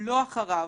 לא אחריו.